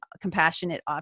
compassionate